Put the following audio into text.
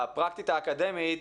הפרקטית האקדמית,